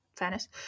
fairness